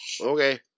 Okay